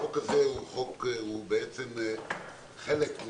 חוק ומשפט): << יור >> החוק הזה הוא בעצם חלק מחוק,